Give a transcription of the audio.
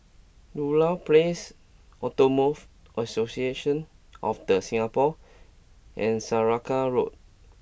Ludlow Place Automobile Association of The Singapore and Saraca Road